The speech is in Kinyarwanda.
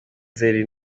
nzeri